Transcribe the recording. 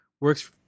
works